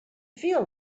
feel